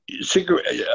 cigarette